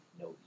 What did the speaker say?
no